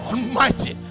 Almighty